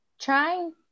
Trying